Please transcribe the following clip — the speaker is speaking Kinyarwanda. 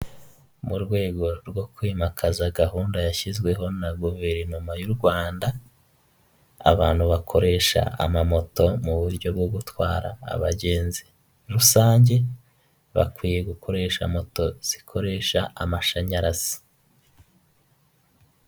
Mu rwego rwo kwimakaza gahunda yashyizweho na guverinoma y'u Rwanda, abantu bakoresha amamoto mu buryo bwo gutwara abagenzi rusange, bakwiye gukoresha moto zikoresha amashanyarazi.